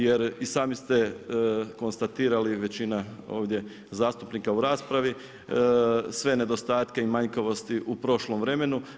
Jer i sami ste, konstatirali većina ovdje zastupnika u raspravi, sve nedostatke i manjkavosti u prošlom vremenu.